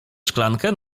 szklankę